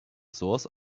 source